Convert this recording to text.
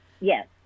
yes